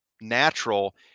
natural